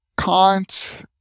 Kant